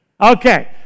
Okay